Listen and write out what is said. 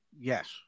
Yes